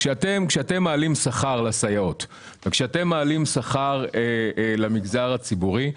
כשאתם מעלים שכר לסייעות וכשאתם מעלים שכר למגזר הציבורי,